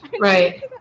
Right